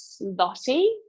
Lottie